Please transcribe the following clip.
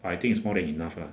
I think it's more than enough lah